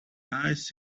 ice